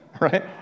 right